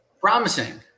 Promising